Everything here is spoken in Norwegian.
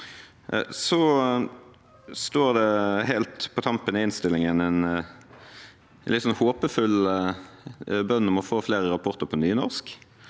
Så er det helt på tampen i innstillingen en håpefull bønn om å få flere rapporter på nynorsk.